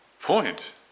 point